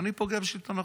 אני פוגע בשלטון החוק?